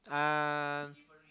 uh